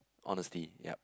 honesty yea